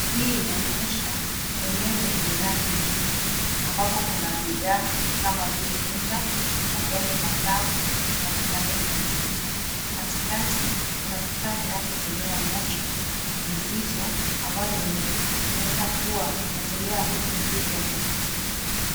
Hii inaonyesha eneo lenye rangi nyingiambapo kuna bidhaa kama vile unga majani makavu na vipande vya mizizi. Katikati kuna kifaa kinachotolea moshi mzito ambayo inaweza kuwa inatolea harufu nzuri ya kuvutia.